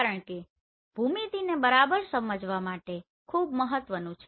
કારણ કે આ ભૂમિતિને બરાબર સમજવા માટે આ ખૂબ મહત્વનું છે